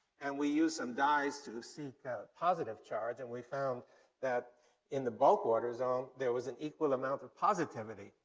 and we used some dyes to seek positive charge, and we found that in the bulk water zone there was an equal amount of positivity.